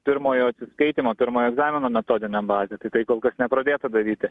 pirmojo skaitymo pirmojo egzamino metodinę bazę tai tai kol kas nepradėta daryti